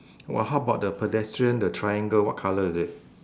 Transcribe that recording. wha~ how about the pedestrian the triangle what colour is it